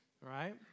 right